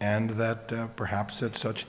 and that perhaps at such